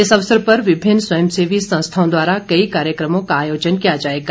इस अवसर पर विभिन्न स्वयंसेवी संस्थाओं द्वारा कई कार्यक्रमों का आयोजन किया जाएगा